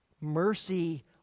Mercy